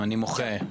אני מוחה.